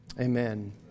amen